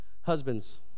Husbands